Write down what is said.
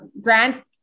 grant